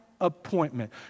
appointment